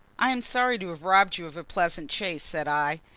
i am sorry to have robbed you of a pleasant chase, said i.